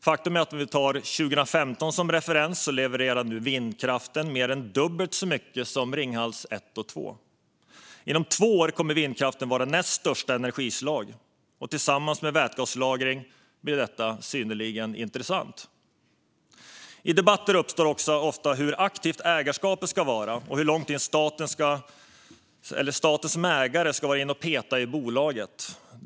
Faktum är att om vi tar 2015 som referens levererar nu vindkraften mer än dubbelt så mycket som Ringhals 1 och 2. Inom två år kommer vindkraften att vara näst största energislag, och tillsammans med vätgaslagring blir detta synnerligen intressant. I debatter uppkommer också ofta frågan hur aktivt ägarskapet ska vara och hur långt staten som ägare ska vara inne och peta i bolaget.